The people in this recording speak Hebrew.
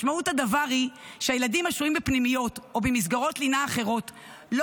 משמעות הדבר היא שהילדים השוהים בפנימיות או במסגרות הלינה האחרות לא